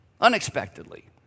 unexpectedly